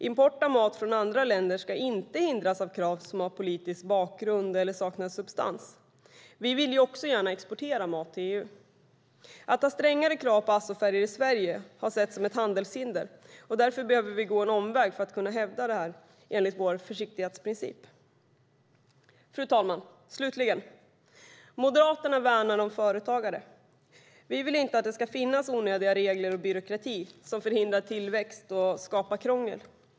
Import av mat från andra länder ska inte hindras av krav som har politisk bakgrund eller som saknar substans. Vi vill ju också gärna exportera mat till EU. Att ha strängare krav på azofärgämnen i Sverige har setts som ett handelshinder. Därför behöver vi gå en omväg för att kunna hävda det här enligt vår försiktighetsprincip. Fru talman! Avslutningsvis: Moderaterna värnar företagare. Vi vill inte att det ska finnas onödiga regler och byråkrati som förhindrar tillväxt och skapar krångel.